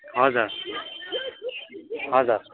हजुर हजुर